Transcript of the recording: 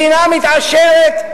מדינה מתעשרת,